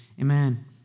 amen